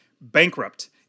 bankrupt